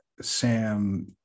Sam